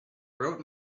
wrote